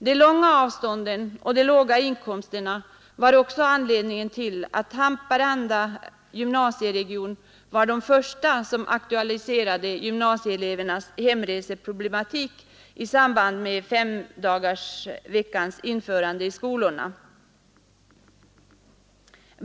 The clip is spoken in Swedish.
De långa avstånden och de låga inkomsterna var också anledningen till att Haparanda gymnasieregion var den som först aktualiserade gymnasieelevernas hemreseproblematik i samband med femdagarsveckans införande i skolorna.